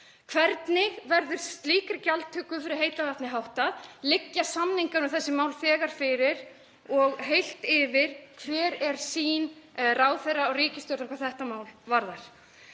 Hvernig verður slíkri gjaldtöku fyrir heita vatnið háttað? Liggja samningar um þessi mál þegar fyrir, og heilt yfir hver er sýn ráðherra og ríkisstjórnar hvað þetta mál varðar?